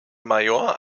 major